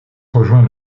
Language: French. rejoint